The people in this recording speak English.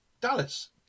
Dallas